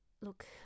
look –